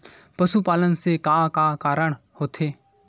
पशुपालन से का का कारण होथे?